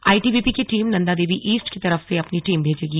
ITBP की team Nanda Devi east की तरफ से अपनी टीम भेजेगी